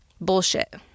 Bullshit